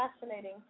fascinating